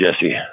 Jesse